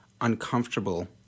uncomfortable